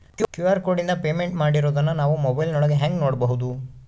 QR ಕೋಡಿಂದ payment ಮಾಡಿರೋದನ್ನ ನಾವು ಮೊಬೈಲಿನೊಳಗ ಹೆಂಗ ನೋಡಬಹುದು?